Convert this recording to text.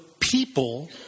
people